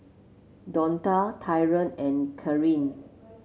Donta Tyron and Kathryne